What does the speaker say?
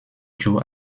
joe